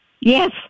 Yes